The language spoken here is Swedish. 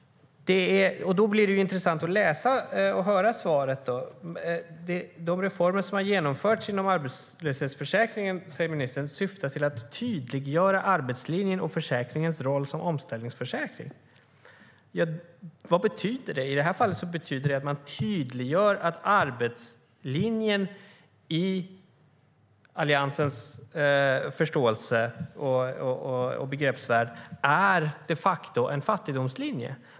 Då blir det intressant att höra svaret. Ministern säger att de reformer som har genomförts inom arbetslöshetsförsäkringen syftar till att tydliggöra arbetslinjen och försäkringens roll som omställningsförsäkring. Vad betyder det? I detta fall betyder det att man tydliggör att arbetslinjen i Alliansens begreppsvärld de facto är en fattigdomslinje.